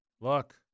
look